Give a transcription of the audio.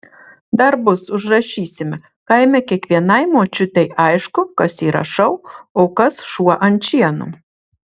dar bus užrašysime kaime kiekvienai močiutei aišku kas yra šou o kas šuo ant šieno